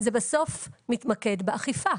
זה בסוף מתמקד באכיפה.